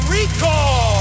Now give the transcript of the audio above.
Recall